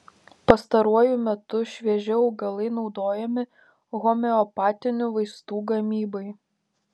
pastaruoju metu švieži augalai naudojami homeopatinių vaistų gamybai